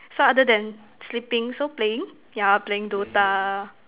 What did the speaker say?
so other than sleeping so playing yeah playing Dota